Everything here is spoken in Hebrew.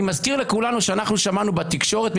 אני מזכיר לכולנו ששמענו בתקשורת,